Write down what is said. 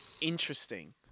Interesting